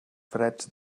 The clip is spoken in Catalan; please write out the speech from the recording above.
freds